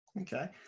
Okay